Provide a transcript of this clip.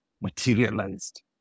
materialized